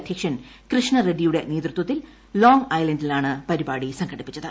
അധ്യക്ഷൻ കൃഷ്ണ റെഡ്റ്റിയുടെ നേതൃത്വത്തിൽ ലോങ് ഐലന്റിൽ പരിപാടി സംഘടിപ്പിച്ചത്